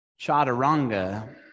chaturanga